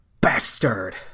bastard